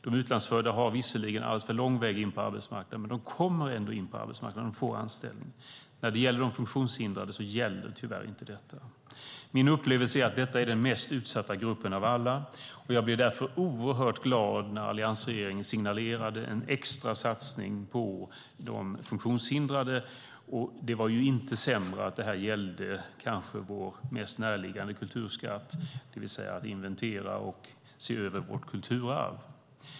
De utlandsfödda har visserligen alltför lång väg in på arbetsmarknaden, men de kommer ändå in på arbetsmarknaden och får anställning. Detta gäller tyvärr inte de funktionshindrade. Min upplevelse är att detta är den mest utsatta gruppen av alla, och jag blev därför oerhört glad när alliansregeringen signalerade en extra satsning på de funktionshindrade. Det var inte sämre än att det gällde vår mest närliggande kulturskatt, det vill säga att inventera och se över vårt kulturarv.